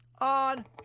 on